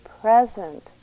present